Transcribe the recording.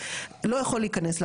אין שום הנגשה,